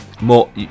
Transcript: More